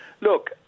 look